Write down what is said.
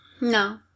No